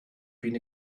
been